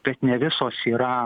bet ne visos yra